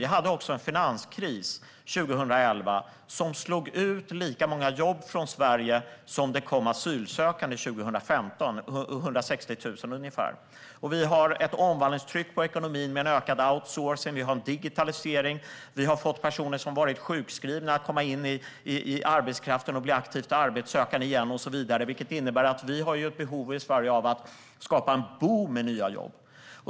Vi hade också en finanskris 2011 som slog ut lika många jobb i Sverige som det kom asylsökande 2015, det vill säga ungefär 160 000. Vi har ett omvandlingstryck på ekonomin, med ökad outsourcing. Vi har en digitalisering. Vi har fått personer som har varit sjukskrivna att komma in i arbetskraften och bli aktivt arbetssökande igen. Vi har i Sverige ett behov av att skapa en boom med nya jobb.